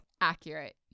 Accurate